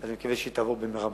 אני מקווה שהיא תעבור במהרה בכנסת.